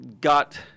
got